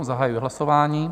Zahajuji hlasování.